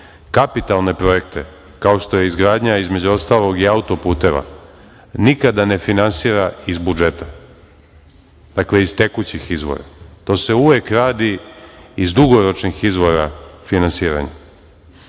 kapitalne projekte, kao što je izgradnja, između ostalog, i auto-puteva, nikad ne finansira iz budžeta, dakle iz tekućih izvora. To se uvek radi iz dugoročnih izvora finansiranja. Govorite